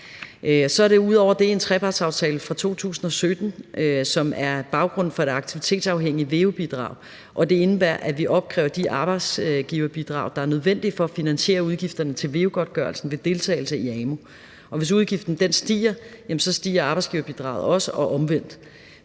det en trepartsaftale fra 2017, som er baggrunden for det aktivitetsafhængige veu-bidrag, og det indebærer, at vi opkræver de arbejdsgiverbidrag, der er nødvendige for at finansiere udgifterne til veu-godtgørelsen ved deltagelse i amu. Hvis udgiften stiger, stiger arbejdsgiverbidraget også, og omvendt.